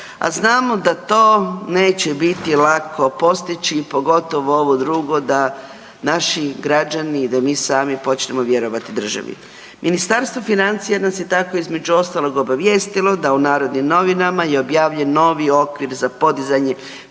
znamo da to neće biti lako postići, pogotovo ovo drugo da naši građani i da mi sami počnemo vjerovati državi. Ministarstvo financija nas je tako između ostalog obavijestilo da u Narodnim novinama je objavljen novi okvir za podizanje